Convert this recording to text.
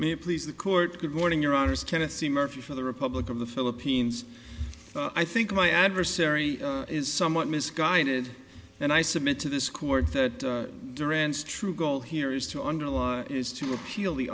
it please the court good morning your honour's tennessee murphy for the republic of the philippines i think my adversary is somewhat misguided and i submit to this court that durant's true goal here is to under law is to appeal the